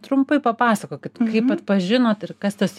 trumpai papasakokit kaip atpažinot ir kas tas